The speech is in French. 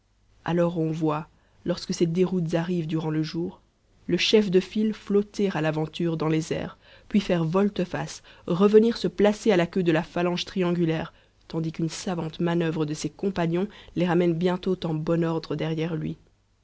alors on voit lorsque ces déroutes arrivent durant le jour le chef de file flotter à l'aventure dans les airs puis faire volte-face revenir se placer à la queue de la phalange triangulaire tandis qu'une savante manuvre de ses compagnons les ramène bientôt en bon ordre derrière lui